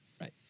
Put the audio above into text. right